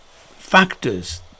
factors